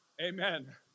Amen